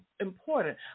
important